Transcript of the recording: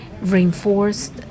reinforced